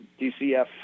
dcf